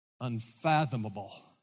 unfathomable